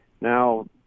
Now